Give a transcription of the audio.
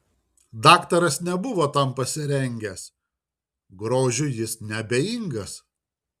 daktaras nebuvo tam pasirengęs grožiui jis neabejingas